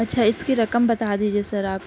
اچھا اس کی رقم بتا دیجیے سر آپ